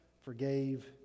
forgave